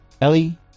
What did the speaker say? Ellie